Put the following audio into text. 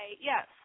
Yes